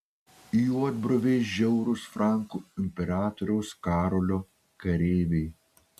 juodbruviai žiaurūs frankų imperatoriaus karolio kareiviai